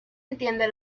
entiende